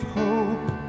hope